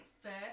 first